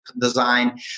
design